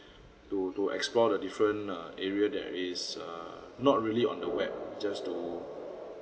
to to explore the different uh area that is err not really on the web just to